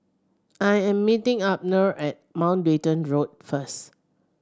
I am meeting Abner at Mountbatten Road first